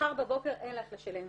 מחר בבוקר אין לה איך לשלם.